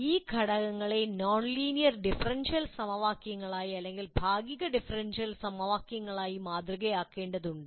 ഈ ഘടകങ്ങളെ non linear differential സമവാക്യങ്ങളായി അല്ലെങ്കിൽ ഭാഗിക ഡിഫറൻഷ്യൽ സമവാക്യങ്ങളായി മാതൃകയാക്കേണ്ടതുണ്ട്